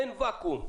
אין ואקום.